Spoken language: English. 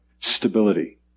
stability